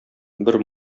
бер